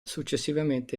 successivamente